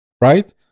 right